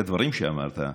הדברים שאמרת.